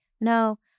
no